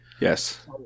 yes